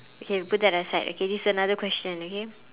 okay we put that aside okay this is another question okay